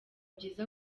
byiza